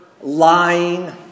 lying